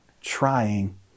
trying